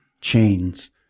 chains